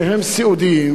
שהם סיעודיים,